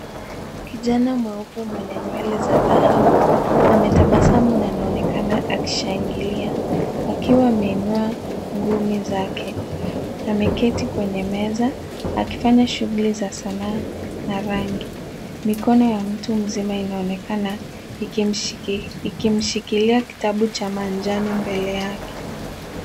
Kijana mweupe mwenye nywele za dhahabu ametabasamu na anaonekana akishangilia akiwa ameinua ngumi zake, ameketi kwenye meza akifanya shughuli za sanaa na rangi. Mikono ya mtu mzima inaonekana ikimshikilia kitabu cha majano mbele yake.